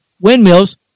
windmills